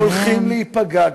הולכים להיפגע,